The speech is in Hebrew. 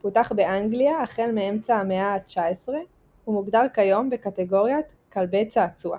פותח באנגליה החל מאמצע המאה ה-19 ומוגדר כיום בקטגוריית "כלבי צעצוע".